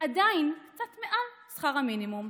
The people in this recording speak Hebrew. עדיין קצת מעל שכר המינימום.